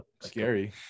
scary